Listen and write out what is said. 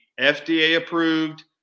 FDA-approved